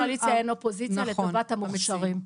אין קואליציה ואין אופוזיציה לטובת המוכשרים.